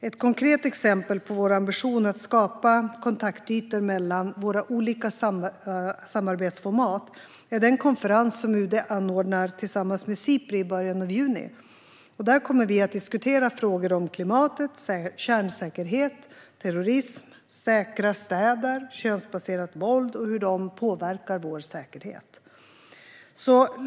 Ett konkret exempel på vår ambition att skapa kontaktytor mellan våra olika samarbetsformat är den konferens som UD anordnar tillsammans med Sipri i början av juni. Där kommer vi att diskutera frågor om klimatet, kärnsäkerhet, terrorism, säkra städer och könsbaserat våld och hur de påverkar vår säkerhet.